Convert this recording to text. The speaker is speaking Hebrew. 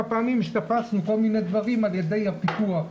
פעמים תפסנו כל מיני דברים על ידי הפיקוח.